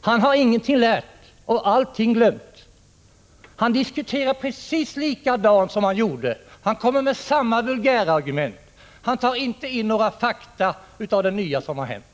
Han har ingenting lärt och allting glömt. Han diskuterar precis på samma sätt som han gjorde då. Han kommer med samma vulgärargument. Han tar inte till sig några fakta av det nya som har hänt.